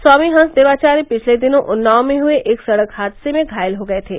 स्वामी हंसदेवाचार्य पिछले दिनों उन्नाव मे हुये एक सड़क हादसे में घायल हो गये थे